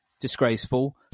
disgraceful